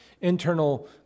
internal